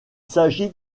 s’agit